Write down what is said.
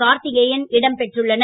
Karthikeyan இடம்பெற்றுள்னர்